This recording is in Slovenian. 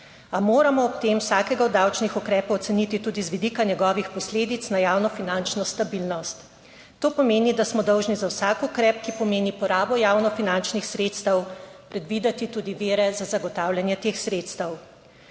a moramo ob tem vsakega od davčnih ukrepov oceniti tudi z vidika njegovih posledic na javnofinančno stabilnost. To pomeni, da smo dolžni za vsak ukrep, ki pomeni porabo javnofinančnih sredstev, predvideti tudi vire za zagotavljanje teh sredstev.